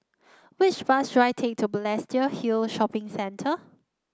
which bus should I take to Balestier Hill Shopping Centre